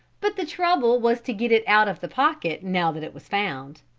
but the trouble was to get it out of the pocket now that it was found.